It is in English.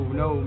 no